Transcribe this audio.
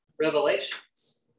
revelations